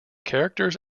characters